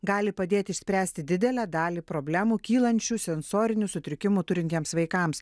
gali padėti išspręsti didelę dalį problemų kylančių sensorinių sutrikimų turintiems vaikams